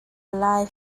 lai